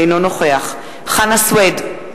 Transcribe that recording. אינו נוכח חנא סוייד,